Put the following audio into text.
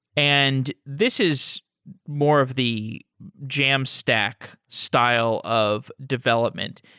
and this is more of the jamstack style of development.